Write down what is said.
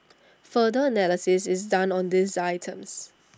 further analysis is done on these items